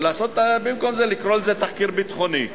ובמקום זה לקרוא לזה תחקיר ביטחוני.